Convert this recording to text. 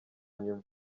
nyuma